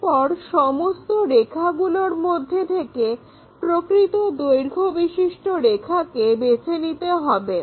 এরপর সমস্ত রেখাগুলোর মধ্যে থেকে প্রকৃত দৈর্ঘ্য বিশিষ্ট রেখাটিকে বেছে নিতে হবে